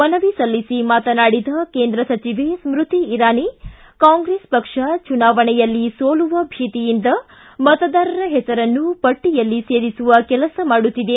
ಮನವಿ ಸಲ್ಲಿಸಿ ಮಾತನಾಡಿದ ಕೇಂದ್ರ ಸಚಿವೆ ಸ್ನತಿ ಇರಾನಿ ಕಾಂಗ್ರೆಸ್ ಪಕ್ಷ ಚುನಾವಣೆಯಲ್ಲಿ ಸೋಲುವ ಭೀತಿಯಿಂದ ಮತದಾರರ ಹೆಸರನ್ನು ಪಟ್ಟಿಯಲ್ಲಿ ಸೇರಿಸುವ ಕೆಲಸ ಮಾಡುತ್ತಿದೆ